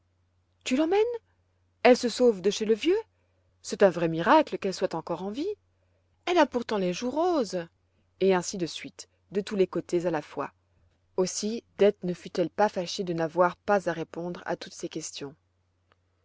tu l'emmènes elle se sauve de chez le vieux c'est un vrai miracle qu'elle soit encore en vie elle a pourtant les joues roses et ainsi de suite de tous les côtés à la fois aussi dete ne fut-elle pas fâchée de n'avoir pas à répondre à toutes ces questions